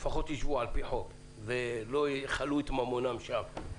לפחות ישבו על פי חוק ולא יכלו את ממונם שם,